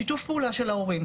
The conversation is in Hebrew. השיתוף פעולה של ההורים,